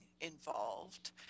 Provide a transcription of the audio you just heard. involved